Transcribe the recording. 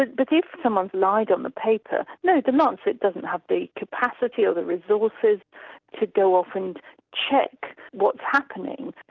ah but if someone's lied on the paper, no the lancet doesn't have the capacity or the resources to go off and check what's happening.